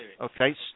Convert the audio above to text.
Okay